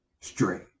Straight